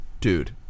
dude